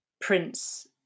prince